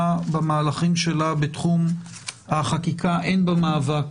במהלכים שלה הן בתחום של המאבק